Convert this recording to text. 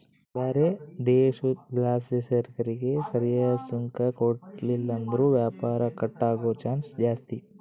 ಬ್ಯಾರೆ ದೇಶುದ್ಲಾಸಿಸರಕಿಗೆ ಸರಿಯಾದ್ ಸುಂಕ ಕೊಡ್ಲಿಲ್ಲುದ್ರ ವ್ಯಾಪಾರ ಕಟ್ ಆಗೋ ಚಾನ್ಸ್ ಜಾಸ್ತಿ